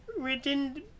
written